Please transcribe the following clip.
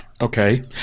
Okay